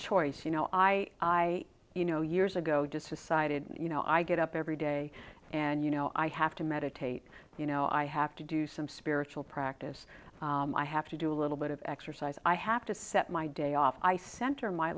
choice you know i i you know years ago decided you know i get up every day and you know i have to meditate you know i have to do some spiritual practice i have to do a little bit of exercise i have to set my day off i center